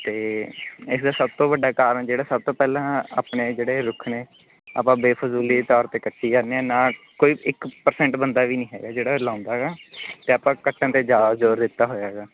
ਅਤੇ ਇਹਦਾ ਸਭ ਤੋਂ ਵੱਡਾ ਕਾਰਨ ਜਿਹੜਾ ਸਭ ਤੋਂ ਪਹਿਲਾਂ ਆਪਣੇ ਜਿਹੜੇ ਰੁੱਖ ਨੇ ਆਪਾਂ ਬੇਫਜ਼ੂਲੀ ਤੌਰ 'ਤੇ ਕੱਟੀ ਜਾਂਦੇ ਹਾਂ ਨਾ ਕੋਈ ਇੱਕ ਪਰਸੈਂਟ ਬੰਦਾ ਵੀ ਨਹੀਂ ਹੈਗਾ ਜਿਹੜਾ ਲਾਉਂਦਾ ਹੈਗਾ ਅਤੇ ਆਪਾਂ ਕੱਟਣ 'ਤੇ ਜ਼ਿਆਦਾ ਜ਼ੋਰ ਦਿੱਤਾ ਹੋਇਆ ਹੈਗਾ